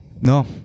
no